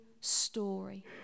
story